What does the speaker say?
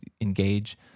engage